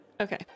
Okay